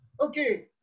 Okay